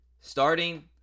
Starting